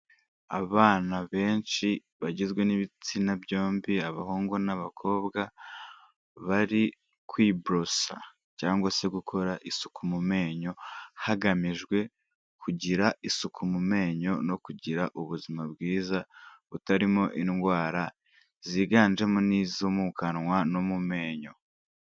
Abana benshi bagizwe n'ibitsina byombi, abahungu n'abakobwa bari kwiborosa cyangwa se gukora isuku mu menyo, hagamijwe kugira isuku mu menyo no kugira ubuzima bwiza butarimo indwara ziganjemo n'izo mu kanwa no mu menyo.